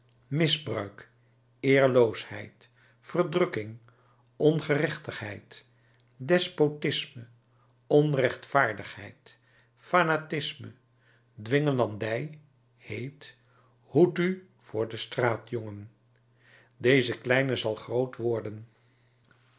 misbruik eerloosheid verdrukking ongerechtigheid despotisme onrechtvaardigheid fanatisme dwingelandij heet hoed u voor den straatjongen deze kleine zal groot worden